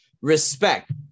Respect